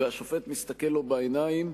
מסתכל לו בעיניים,